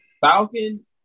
Falcon